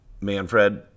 Manfred